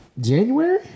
January